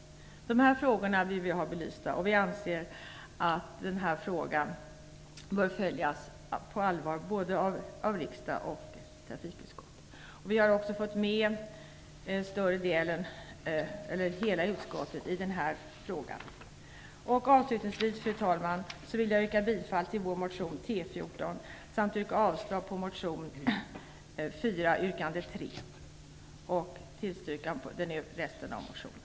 De här frågorna vill vi ha belysta, och vi anser att de bör följas på allvar av både riksdag och trafikutskott. Vi har också fått med hela utskottet i den här frågan. Avslutningsvis, fru talman, vill jag yrka bifall till vår motion T14 samt avslag på motion T4, yrkande 3, men bifall till motionen i övrigt.